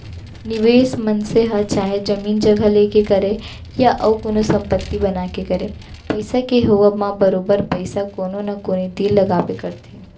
निवेस मनसे ह चाहे जमीन जघा लेके करय या अउ कोनो संपत्ति बना के करय पइसा के होवब म बरोबर पइसा कोनो न कोनो तीर लगाबे करथे